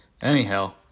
anyhow